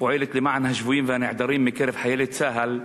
הפועלת למען השבויים והנעדרים מקרב חיילי צה"ל,